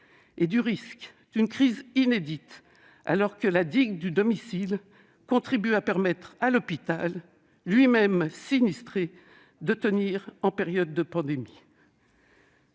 et du risque d'une crise inédite, alors que la « digue du domicile » permet à l'hôpital- lui-même sinistré -de tenir en période de pandémie.